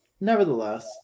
nevertheless